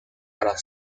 para